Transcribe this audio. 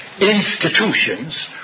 institutions